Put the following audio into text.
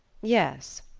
yes.